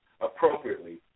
appropriately